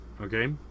okay